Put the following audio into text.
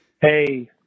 Hey